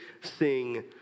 sing